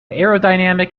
aerodynamic